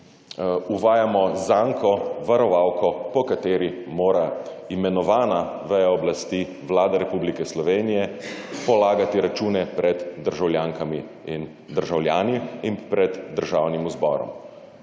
uvajamo zanko, varovalko, po kateri mora imenovana veja oblasti, Vlada Republike Slovenije, polagati račune pred državljankami in državljani in pred Državnim zborom.